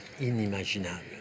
inimaginable